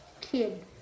Kid